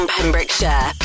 Pembrokeshire